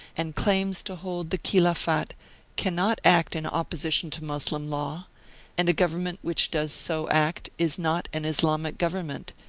and claims to hold the khildfat, cannot act in opposition to moslem law and a government which does so act is not an islamic government,